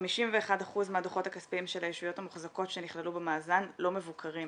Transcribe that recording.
ו-51% מהדוחות הכספיים של הישויות המוחזקות שנכללו במאזן לא מבוקרים.